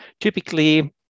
typically